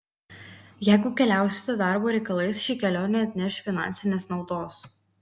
jeigu keliausite darbo reikalais ši kelionė atneš finansinės naudos